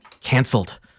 Cancelled